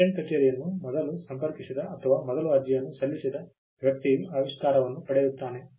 patent ಕಚೇರಿಯನ್ನು ಮೊದಲು ಸಂಪರ್ಕಿಸಿದ ಅಥವಾ ಮೊದಲು ಅರ್ಜಿಯನ್ನು ಸಲ್ಲಿಸಿದ ವ್ಯಕ್ತಿಯು ಆವಿಷ್ಕಾರವನ್ನು ಪಡೆಯುತ್ತಾನೆ